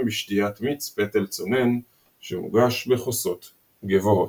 בשתיית מיץ פטל צונן שמוגש בכוסות גבוהות.